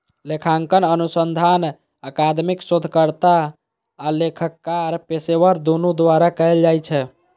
लेखांकन अनुसंधान अकादमिक शोधकर्ता आ लेखाकार पेशेवर, दुनू द्वारा कैल जाइ छै